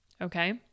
Okay